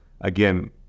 again